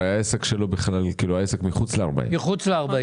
הרי העסק שלו מחוץ ל-40 הקילומטרים.